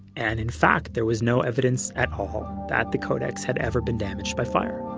and in fact there was no evidence at all that the codex had ever been damaged by fire